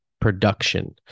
production